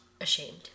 ashamed